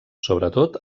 sobretot